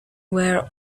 were